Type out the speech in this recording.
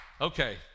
okay